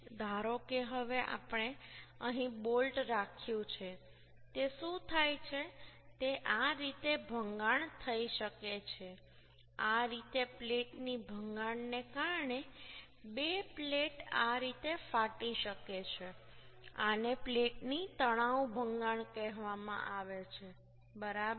ધારો કે હવે આપણે અહીં બોલ્ટ રાખ્યું છે તે શું થાય છે તે આ રીતે ભંગાણ થઈ શકે છે આ રીતે પ્લેટની ભંગાણ ને કારણે બે પ્લેટ આ રીતે ફાટી શકે છે આને પ્લેટની તણાવ ભંગાણ કહેવામાં આવે છે બરાબર